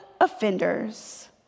offenders